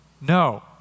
No